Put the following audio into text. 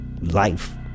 life